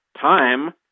time